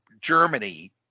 Germany